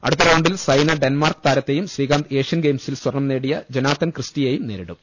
അടുത്ത റൌണ്ടിൽ സൈന ഡെൻമാർക്ക് താരത്തെയും ശ്രീകാന്ത് ഏഷ്യൻ ഗെയിംസിൽ സ്വർണം നേടിയ ജൊനാത്തൻ ക്രിസ്റ്റിയെയും നേരിടും